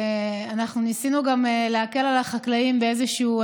אנחנו ניסינו גם להקל על החקלאים באיזשהו,